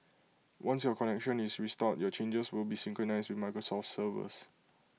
once your connection is restored your changes will be synchronised with Microsoft's servers